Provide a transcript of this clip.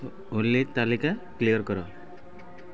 ଓଲି ତାଲିକା କ୍ଲିୟର୍ କର